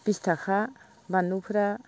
बिस थाखा बानलुफोरा